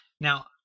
now